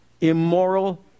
Immoral